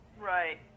Right